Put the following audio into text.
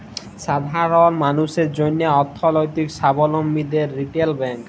সাধারল মালুসের জ্যনহে অথ্থলৈতিক সাবলম্বী দেয় রিটেল ব্যাংক